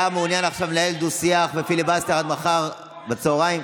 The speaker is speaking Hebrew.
אתה מעוניין עכשיו לנהל דו-שיח ופיליבסטר עד מחר בצוהריים?